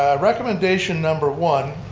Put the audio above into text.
recommendation number one,